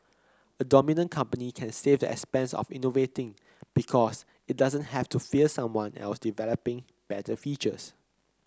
a dominant company can save the expense of innovating because it doesn't have to fear someone else developing better features